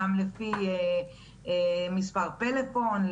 גם לפי מספר פלאפון,